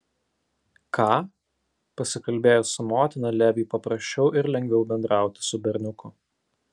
ką pasikalbėjus su motina leviui paprasčiau ir lengviau bendrauti su berniuku